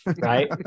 right